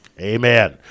Amen